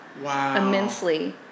immensely